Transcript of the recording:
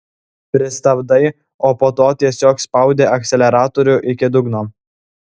pristabdai o po to tiesiog spaudi akceleratorių iki dugno